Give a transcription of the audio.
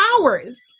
hours